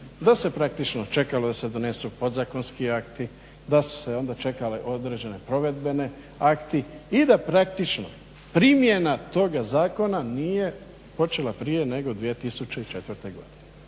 da se praktično čekalo da se donesu podzakonski akti, da su se onda čekali određeni provedbeni akti i da praktično primjena toga zakona nije počela prije nego 2004. godine.